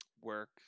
work